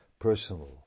personal